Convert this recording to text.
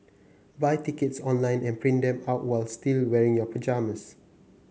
buy tickets online and print them out was still wearing your pyjamas